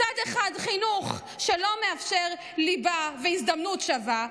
מצד אחד חינוך שלא מאפשר ליבה והזדמנות שווה,